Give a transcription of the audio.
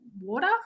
water